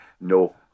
No